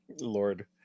Lord